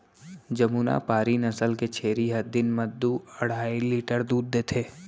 जमुनापारी नसल के छेरी ह दिन म दू अढ़ाई लीटर दूद देथे